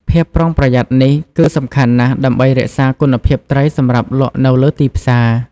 ភាពប្រុងប្រយ័ត្ននេះគឺសំខាន់ណាស់ដើម្បីរក្សាគុណភាពត្រីសម្រាប់លក់នៅលើទីផ្សារ។